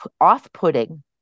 off-putting